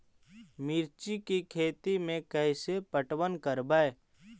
मिर्ची के खेति में कैसे पटवन करवय?